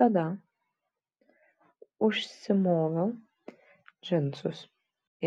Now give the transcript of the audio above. tada užsimoviau džinsus